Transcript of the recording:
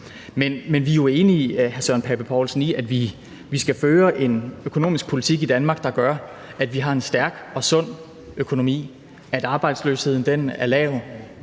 Søren Pape Poulsen i, at vi skal føre en økonomisk politik i Danmark, der gør, at vi har en stærk og sund økonomi, at arbejdsløsheden er lav,